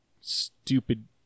stupid